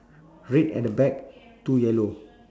red at the back two yellow